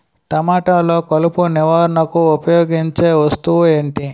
టమాటాలో కలుపు నివారణకు ఉపయోగించే వస్తువు ఏంటి?